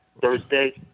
Thursday